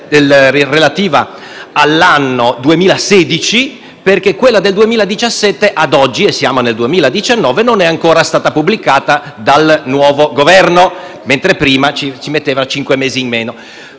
relativa all'anno 2016, perché quella del 2017, ad oggi - nel 2019 - non è ancora stata pubblicata dal nuovo Governo, mentre prima ci si metteva cinque mesi in meno.